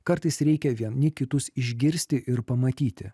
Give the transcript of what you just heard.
kartais reikia vieni kitus išgirsti ir pamatyti